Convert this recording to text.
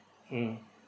mm